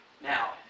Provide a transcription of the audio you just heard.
Now